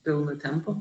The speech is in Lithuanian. pilnu tempu